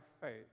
faith